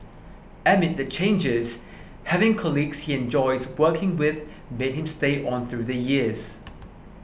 amid the changes having colleagues he enjoys working with made him stay on through the years